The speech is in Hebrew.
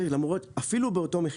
אפילו באותו מחיר,